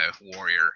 warrior